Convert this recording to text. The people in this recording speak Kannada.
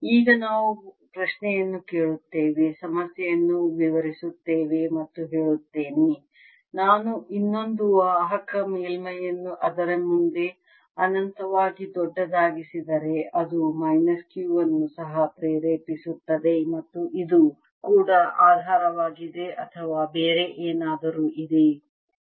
ಈಗ ನಾವು ಪ್ರಶ್ನೆಯನ್ನು ಕೇಳುತ್ತೇವೆ ಸಮಸ್ಯೆಯನ್ನು ವಿವರಿಸುತ್ತೇವೆ ಮತ್ತು ಹೇಳುತ್ತೇನೆ ನಾನು ಇನ್ನೊಂದು ವಾಹಕ ಮೇಲ್ಮೈಯನ್ನು ಅದರ ಮುಂದೆ ಅನಂತವಾಗಿ ದೊಡ್ಡದಾಗಿಸಿದರೆ ಅದು ಮೈನಸ್ Q ಅನ್ನು ಸಹ ಪ್ರೇರೇಪಿಸುತ್ತದೆ ಮತ್ತು ಇದು ಕೂಡ ಆಧಾರವಾಗಿದೆ ಅಥವಾ ಬೇರೆ ಏನಾದರೂ ಇದೆ